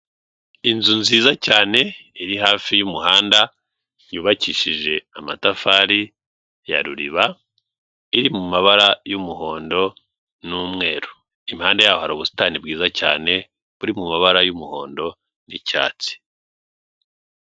Inzu nziza cyane iri hafi y'umuhanda, yubakishije amatafari ya ruriba, iri mabara y'umuhondo n'umweru, imihanda yaho hari ubusitani bwiza cyane buri mumabara y'umuhondo n'icyatsi.